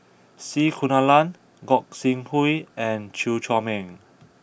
C Kunalan Gog Sing Hooi and Chew Chor Meng